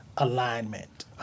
alignment